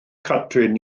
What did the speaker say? catrin